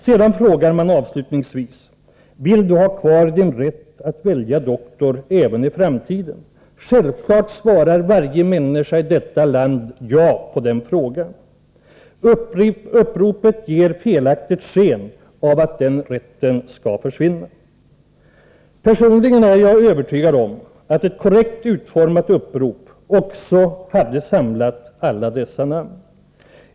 Sedan frågar man avslutningsvis: Vill du ha kvar din rätt att välja doktor även i framtiden? Självfallet svarar varje människa i detta land ja på den frågan. Uppropet ger felaktigt sken av att den rätten skall försvinna. Personligen är jag övertygad om att ett korrekt utformat upprop också hade samlat alla dessa namn.